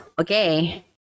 okay